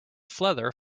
feather